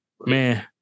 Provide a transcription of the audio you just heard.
Man